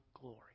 glory